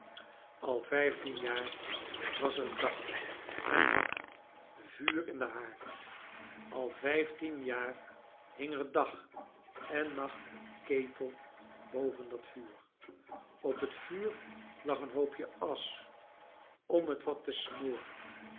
al vijftien jaar was er dag en nacht vuur in den haard al vijftien jaar hing er dag en nacht een ketei boven dat vuur op het vuur lag een hoopje asch om het wat te smoren